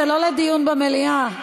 זה לא לדיון במליאה.